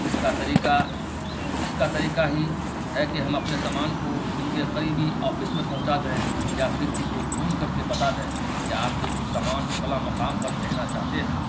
اس کا طریقہ اس کا طریقہ ہی ہے کہ ہم اپنے سامان کو ان کے قریبی آفس میں پہنچا دیں یا پھر ان کو فون کر کے بتا دیں کہ آپ کے کچھ سامان فلاں مقام پر بھیجنا چاہتے ہیں